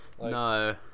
No